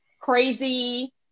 crazy